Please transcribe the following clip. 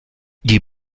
die